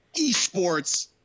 esports